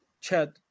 Chad